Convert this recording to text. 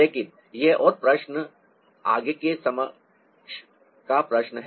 लेकिन यह और प्रश्न आगे की समझ का प्रश्न है